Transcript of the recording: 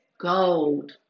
gold